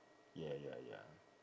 ya ya ya